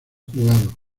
jugado